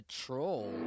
troll